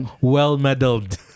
well-meddled